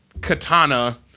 Katana